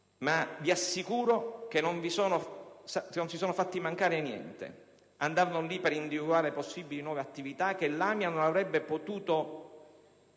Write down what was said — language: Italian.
ma vi assicuro che non si sono fatti mancare niente: andavano lì per individuare possibili nuove attività che l'AMIA non avrebbe potuto